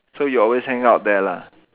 so you always hang out there lah